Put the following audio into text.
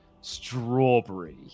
strawberry